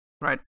Right